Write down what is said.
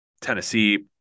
Tennessee